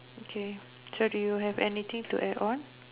okay so do you have anything to add on